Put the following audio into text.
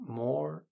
more